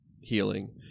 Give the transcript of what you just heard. healing